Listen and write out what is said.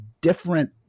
different